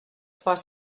trois